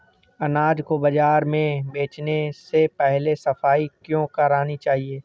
अनाज को बाजार में बेचने से पहले सफाई क्यो करानी चाहिए?